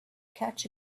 catch